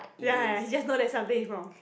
ya ya he just know that something is wrong